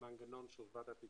מנגנון של ועדת איתור.